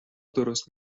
درست